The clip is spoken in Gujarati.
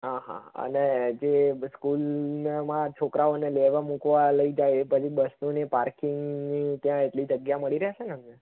હા હા અને જે સ્કૂલમાં છોકરાઓને લેવા મુકવા લઈ જાય એ બસની પાર્કિંગની ત્યાં એટલી જગ્યા મળી રહેશેને